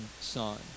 son